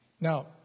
Now